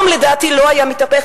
לדעתי העולם לא היה מתהפך,